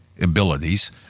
abilities